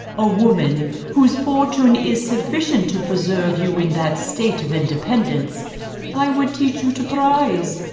a woman, whose fortune is sufficient to preserve you in that state of independence i would teach you to prize,